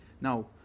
now